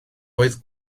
oedd